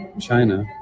China